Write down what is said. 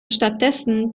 stattdessen